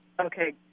Okay